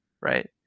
Right